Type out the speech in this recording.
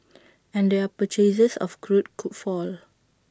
and their purchases of crude could fall